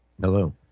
Hello